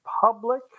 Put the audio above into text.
public